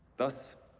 thus,